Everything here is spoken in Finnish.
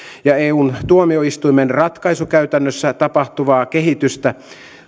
ja eun tuomioistuimen ratkaisukäytännössä tapahtuvaa kehitystä